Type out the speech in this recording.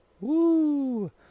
Woo